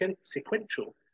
sequential